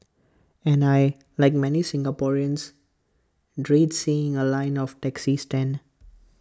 and I Like many Singaporeans dread seeing A line of taxi stand